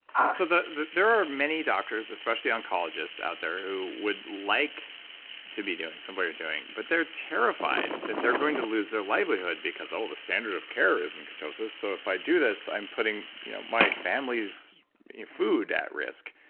ah so there are many doctors, especially oncologists out there who would like to be doing some of what you're doing, but they're terrified that they're going to lose their livelihood because oh, the standard of care isn't ketosis, so if i do this, i'm putting my family's food at risk.